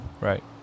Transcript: Right